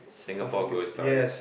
Singapore ghost stories